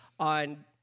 on